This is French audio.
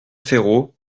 ferraud